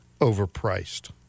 overpriced